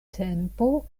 tempo